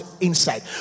insight